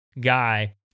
guy